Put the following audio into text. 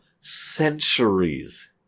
centuries